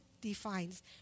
defines